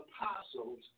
apostles